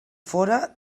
fóra